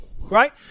Right